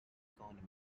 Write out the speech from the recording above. economy